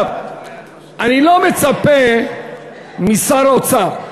אני לא מצפה משר האוצר,